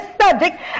subject